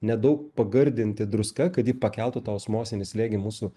nedaug pagardinti druska kad ji pakeltų tą osmosinį slėgį mūsų